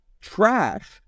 trash